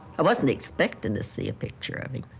i wasn't expecting to see a picture i mean